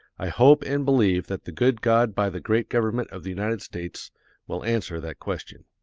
i hope and believe that the good god by the great government of the united states will answer that question.